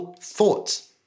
thoughts